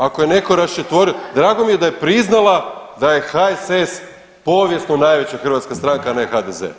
Ako je netko raščetvorio, drago mi je da je priznala da je HSS povijesno najveća hrvatska stranka, a ne HDZ.